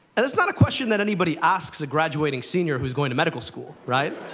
that is not a question that anybody asks a graduating senior who's going to medical school, right.